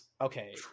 Okay